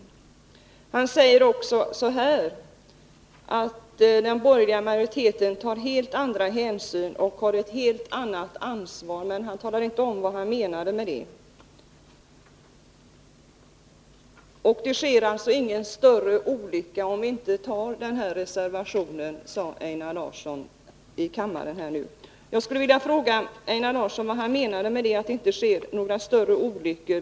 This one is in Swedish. Einar Larsson säger också att den borgerliga majoriteten tar helt andra hänsyn och har ett helt annat ansvar. Men han talade inte om vad han menade med det. Det sker ingen större olycka, om vi inte bifaller denna reservation, sade Einar Larsson. Jag skulle vilja fråga Einar Larsson vad han menar med att det inte sker någon större olycka.